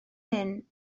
hyn